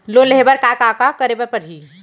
Loan लेहे बर का का का करे बर परहि?